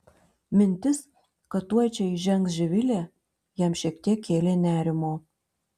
mintis kad tuoj čia įžengs živilė jam šiek tiek kėlė nerimo